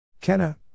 Kenna